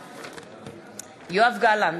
בעד יואב גלנט,